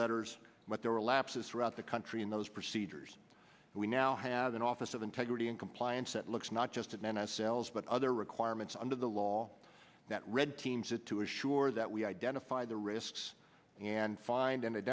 letters but there were lapses throughout the country in those procedures and we now have an office of integrity and compliance that looks not just atlanta sales but other requirements under the law that red team to to assure that we identify the risks and find